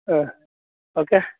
ಹ್ಞೂ ಓಕೆ